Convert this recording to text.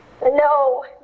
No